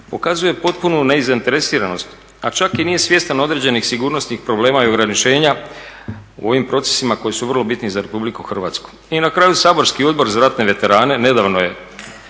pokazuje potpunu nezainteresiranost, a čak i nije svjestan određenih sigurnosnih problema i ograničenja u ovim procesima koji su vrlo bitni za RH. I na kraju saborski Odbor za ratne veterane nedavno je